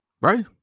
right